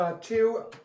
two